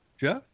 Jeff